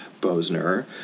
Bosner